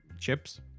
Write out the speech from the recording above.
chips